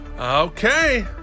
Okay